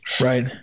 Right